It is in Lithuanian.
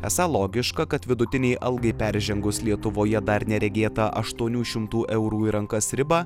esą logiška kad vidutinei algai peržengus lietuvoje dar neregėtą aštuonių šimtų eurų į rankas ribą